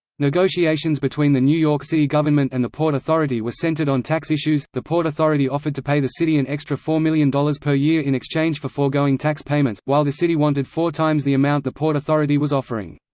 negotiations between the new york city government and the port authority were centered on tax issues the port authority offered to pay the city an extra four million dollars per year in exchange for foregoing tax payments, while the city wanted four times the amount the port authority was offering.